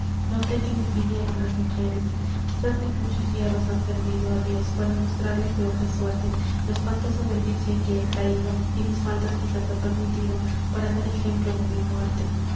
noté que me envidiaban las mujeres quizás mis muchos yerros han servido á dios para mostrarles de otra suerte lo espantoso del vicio en que he caido y mis faltas quizás ha permitido para dar el ejemplo de mi muerte